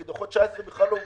כי דוחות 19' בכלל לא הוגשו.